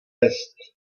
list